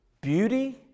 beauty